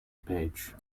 page